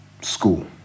school